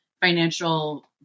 financial